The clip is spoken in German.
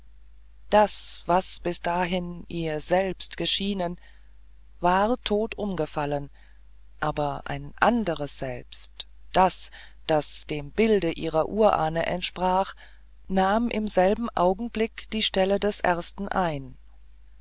das was bis dahin als ihr selbst geschienen war tot umgefallen aber ein anderes selbst das das dem bilde ihrer urahne entsprach nahm im selben augenblick die stelle des ersten ein